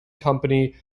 company